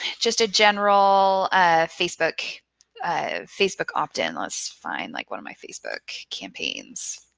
just a general ah facebook facebook opt in. let's find like one of my facebook campaigns.